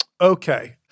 Okay